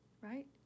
right